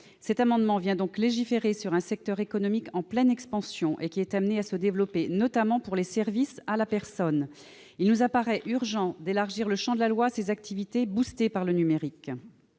Cet amendement vise donc à légiférer sur un secteur économique en pleine expansion et qui est appelé à se développer, notamment pour les services à la personne. Il nous apparaît urgent d'élargir le champ de la loi à ces activités boostées par le numérique.